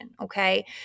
okay